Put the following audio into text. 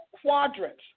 quadrants